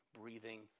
breathing